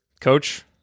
coach